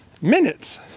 minutes